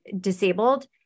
disabled